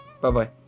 Bye-bye